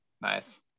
Nice